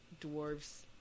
dwarves